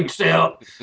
out